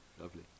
lovely